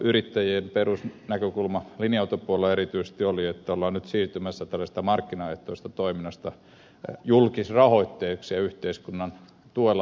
yrittäjien perusnäkökulma linja autopuolella erityisesti oli että nyt ollaan siirtymässä tällaisesta markkinaehtoisesta toiminnasta julkisrahoitteiseksi ja yhteiskunnan tuella olevaksi